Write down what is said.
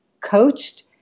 coached